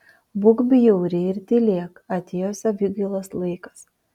būk bjauri ir tylėk atėjo savigailos laikas